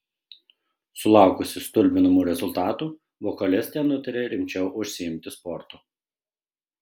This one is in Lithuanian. sulaukusi stulbinamų rezultatų vokalistė nutarė rimčiau užsiimti sportu